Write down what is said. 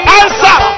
answer